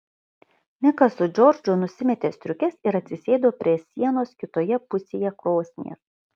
nikas su džordžu nusimetė striukes ir atsisėdo prie sienos kitoje pusėje krosnies